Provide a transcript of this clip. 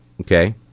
okay